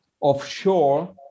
offshore